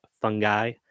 fungi